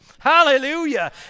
Hallelujah